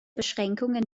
beschränkung